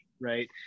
right